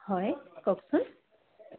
হয় কওকচোন